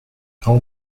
how